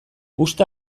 uste